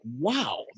wow